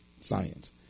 science